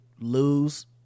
lose